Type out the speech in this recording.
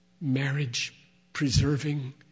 marriage-preserving